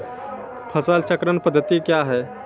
फसल चक्रण पद्धति क्या हैं?